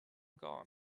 gone